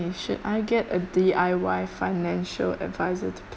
should I get a D_I_Y financial advisor to